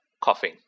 coughing